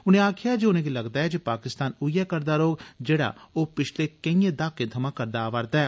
उनें आक्खेआ जे उनेंगी लगदा ऐ जे पाकिस्तान उयै करदा रौंह्ग जेड़ा ओह् पिछले केई दहाकें थमां करदा अवा'रदा ऐ